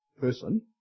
person